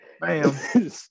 Bam